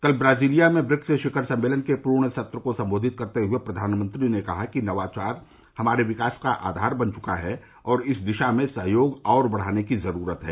कल ब्राजीलिया में ब्रिक्स शिखर सम्मेलन के पूर्ण सत्र को सम्बोधित करते हुए प्रधानमंत्री ने कहा कि नवाचार हमारे विकास का आधार बन चुका है और इस दिशा में सहयोग और बढ़ाने की जरूरत है